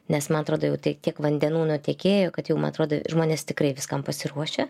nes man atrodo jau tai tiek vandenų nutekėjo kad jau man atrodo žmonės tikrai viskam pasiruošę